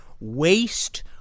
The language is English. waste